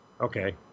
Okay